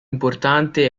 importante